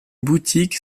boutique